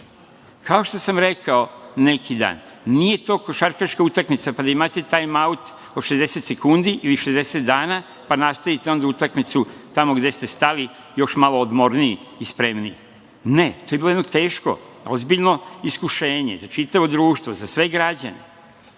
što sam rekao neki dan, nije to košarkaška utakmica, pa da imate tajm-aut od 60 sekundi ili 60 dana, pa nastavite onda utakmicu tamo gde ste stali, još malo odmorniji i spremniji. Ne, to je bilo jedno teško, ozbiljno iskušenje za čitavo društvo, za sve građane,